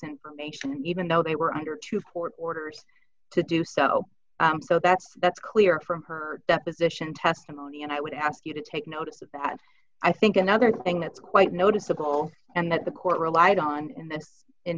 information even though they were under two court orders to do so so that's that's clear from her deposition testimony and i would ask you to take notice of that i think another thing that's quite noticeable and that the court relied on